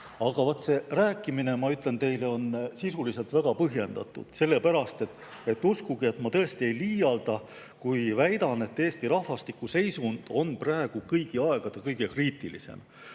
see rääkimine, ma ütlen teile, on sisuliselt väga põhjendatud, sest uskuge, ma tõesti ei liialda, kui väidan, et Eesti rahvastiku seisund on praegu kõigi aegade kõige kriitilisem.